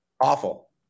Awful